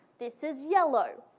this is yellow.